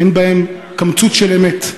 אין בהן קמצוץ של אמת,